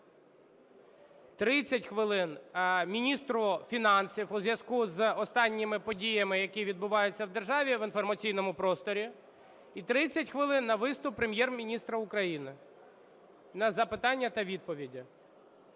30 хвилин – міністру фінансів у зв'язку з останніми подіями, які відбуваються в державі в інформаційному просторі, і 30 хвилин – на виступ Прем'єр-міністра України, на запитання та відповіді.